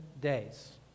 days